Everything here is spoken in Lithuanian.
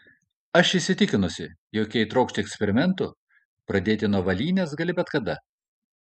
aš įsitikinusi jog jei trokšti eksperimentų pradėti nuo avalynės gali bet kada